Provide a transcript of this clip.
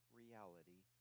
reality